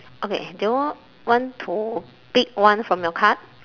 okay do you wa~ want to pick one from your card